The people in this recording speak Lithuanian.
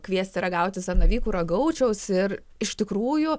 kviesti ragauti zanavykų ragaučiaus ir iš tikrųjų